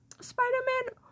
Spider-Man